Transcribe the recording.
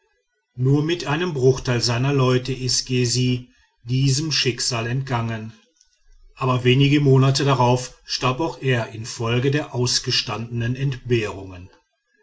nur mit einem bruchteil seiner leute ist gessi diesem schicksal entgangen aber wenige monate darauf starb auch er infolge der ausgestandenen entbehrungen